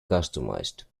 customized